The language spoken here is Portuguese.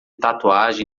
tatuagem